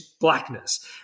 blackness